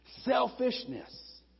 Selfishness